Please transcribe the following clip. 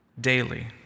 daily